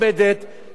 ואני אומר לך,